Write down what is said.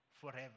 forever